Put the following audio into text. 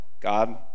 God